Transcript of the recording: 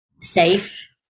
safe